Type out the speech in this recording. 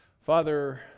Father